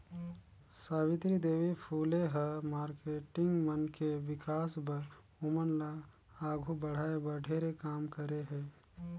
सावित्री देवी फूले ह मारकेटिंग मन के विकास बर, ओमन ल आघू बढ़ाये बर ढेरे काम करे हे